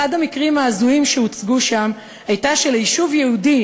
אחד המקרים ההזויים שהוצגו שם היה שליישוב יהודי